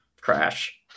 crash